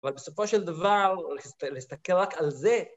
אבל בסופו של דבר, להסתכל רק על זה.